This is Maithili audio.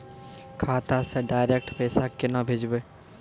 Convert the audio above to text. खाता से डायरेक्ट पैसा केना भेजबै?